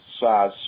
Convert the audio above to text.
size